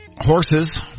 Horses